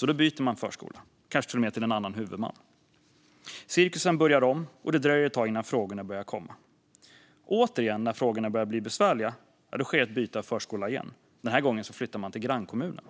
Då byter man förskola - kanske byter man till och med till en annan huvudman. Cirkusen börjar om, och det dröjer ett tag innan frågorna börjar komma. När frågorna börjar bli besvärliga sker återigen ett byte av förskola. Den här gången flyttar man till grannkommunen.